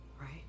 right